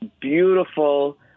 beautiful